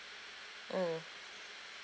mm